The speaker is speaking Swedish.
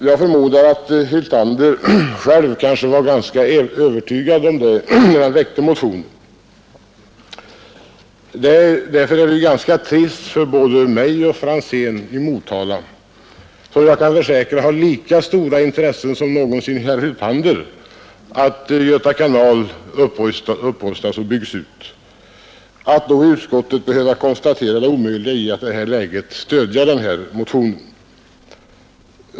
Jag förmodar att herr Hyltander själv var ganska övertygad härom när han väckte motionen. Därför är det ganska trist för både mig och herr Franzén, som jag kan försäkra har lika stora intressen som herr Hyltander av att Göta kanal upprustas och byggs ut, att i utskottet behöva konstatera det omöjliga i att i detta läge stödja motionen.